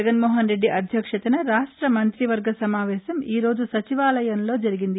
జగన్మోహనరెడ్డి అధ్యక్షతన రాష్ట మంత్రివర్గ సమావేశం ఈరోజు సచివాలయంలో జరిగింది